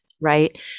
right